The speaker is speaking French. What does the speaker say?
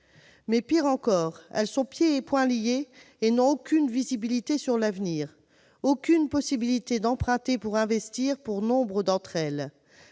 a pire encore : elles sont pieds et poings liés et elles n'ont aucune visibilité sur l'avenir, aucune possibilité d'emprunter afin d'investir pour nombre d'entre elles,